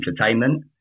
Entertainment